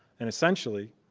and, essentially,